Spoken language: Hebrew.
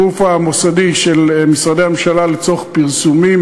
הגוף המוסדי של משרדי הממשלה לצורך פרסומים,